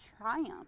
triumph